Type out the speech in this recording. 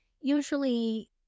usually